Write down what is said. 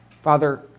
Father